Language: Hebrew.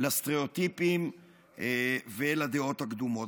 לסטריאוטיפים ולדעות הקדומות.